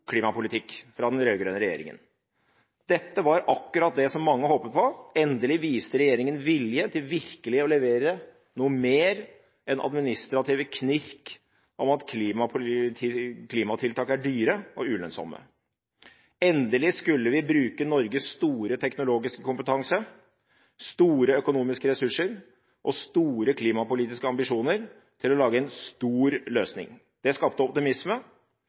fra den rød-grønne regjeringen. Dette var akkurat det som mange håpet på: Endelig viste regjeringen vilje til virkelig å levere noe mer enn administrative knirk om at klimatiltak er dyre og ulønnsomme. Endelig skulle vi bruke Norges store teknologiske kompetanse, store økonomiske ressurser og store klimapolitiske ambisjoner til å lage en stor løsning. Det skapte optimisme,